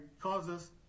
causes